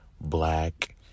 black